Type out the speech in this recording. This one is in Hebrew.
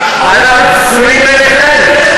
אנחנו פסולים בעיניכם?